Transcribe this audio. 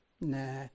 Nah